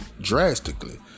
drastically